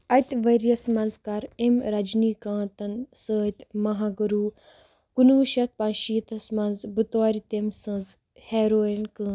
اَتہِ ؤرۍیس منٛز کٔر أمۍ رجنی کاتَن سۭتۍ مہاگوٚروٗ کُنوُہ شیٚتھ پانٛژشیٖتھَس منز بطورِ تٔمۍ سٕنٛز ہیٖروین كٲم